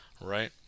right